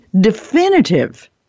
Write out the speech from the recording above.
definitive